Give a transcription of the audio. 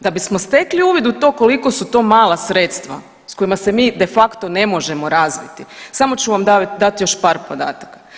Da bismo stekli uvid u to koliko su to mala sredstva sa kojima se mi de facto ne možemo razviti samo ću vam dati još par podataka.